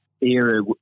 era